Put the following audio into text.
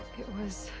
it was.